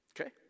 Okay